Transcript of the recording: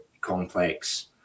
complex